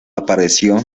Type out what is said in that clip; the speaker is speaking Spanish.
apareció